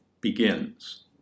begins